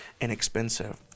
inexpensive